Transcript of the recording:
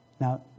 Now